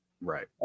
Right